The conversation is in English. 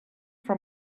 from